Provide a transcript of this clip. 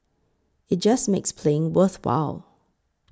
it just makes playing worthwhile